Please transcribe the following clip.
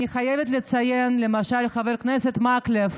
אני חייבת לציין, למשל, את חבר הכנסת מקלב.